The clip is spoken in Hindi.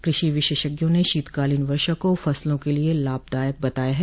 कृषि विशेषज्ञों ने शीतकालीन वर्षा को फसलों के लिये लाभदायक बताया है